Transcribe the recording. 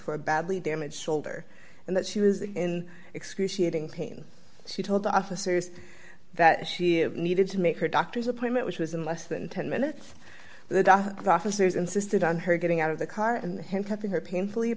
her badly damaged shoulder and that she was in excruciating pain she told the officers that she needed to make her doctor's appointment which was in less than ten minutes the doc officers insisted on her getting out of the car and handcuffing her painfully